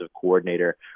coordinator